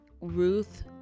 Ruth